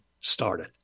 started